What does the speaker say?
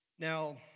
Now